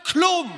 כלום.